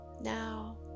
Now